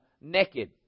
naked